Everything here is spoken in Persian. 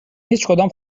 هیچکدام